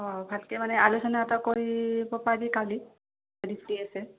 অঁ ভালকৈ মানে আলোচনা এটা কৰিব পাৰি কালি যদি ফ্ৰী আছে